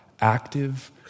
active